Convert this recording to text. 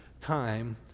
time